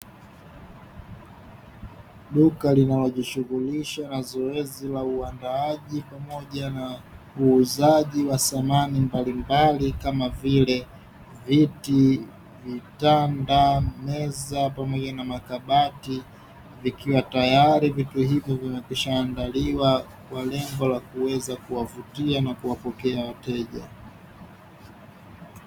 Duka linalojishughulisha na zoezi la uandaaji pamoja na uuzaji wa samani mbalimbali kama vile: viti, vitanda ,meza pamoja na makabati vikiwa tayari vitu hivyo vimekwisha andaliwa kwa lengo la kuweza kuwavutia na kuwapokea wateja.